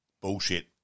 bullshit